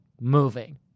moving